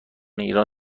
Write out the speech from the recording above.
ایران